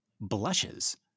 blushes